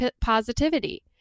positivity